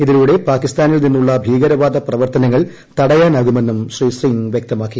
ഇതിലൂടെ പാകിസ്ഥാനിൽ നിന്നുള്ള ഭീകരവാദ പ്രവർത്തനങ്ങൾ തടയാനാകുമെന്നും ശ്രീ സിങ് വൃക്തമാക്കി